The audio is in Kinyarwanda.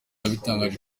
yatangaje